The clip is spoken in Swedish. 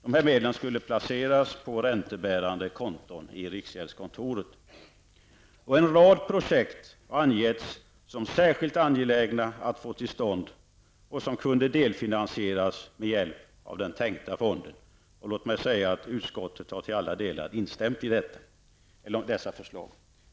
Dessa medel skulle placeras på räntebärande konton i riksgäldskontoret. En rad projekt har angetts som särskilt angelägna att få till stånd och kunde delfinansieras med hjälp av den tänkta fonden. Utskottet har till alla delar instämt i dessa förslag.